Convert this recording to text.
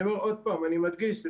עוד פעם אני מדגיש,